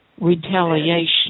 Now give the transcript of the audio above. Retaliation